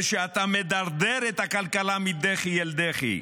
ושאתה מדרדר את הכלכלה מדחי אל דחי,